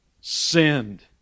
sinned